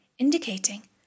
indicating